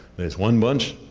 there is one bunch.